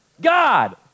God